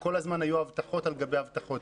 וכל הזמן היו הבטחות על גבי הבטחות.